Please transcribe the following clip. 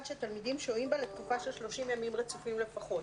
שתלמידים שוהים בה לתקופה של 30 ימים רצופים לפחות'.